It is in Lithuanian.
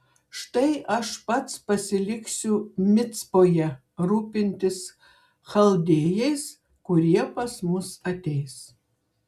štai aš pats pasiliksiu micpoje rūpintis chaldėjais kurie pas mus ateis